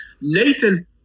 Nathan